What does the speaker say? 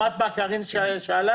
שמעת מה קארין שאלה?